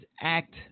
act